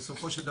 בסופו של דבר,